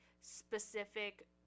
specific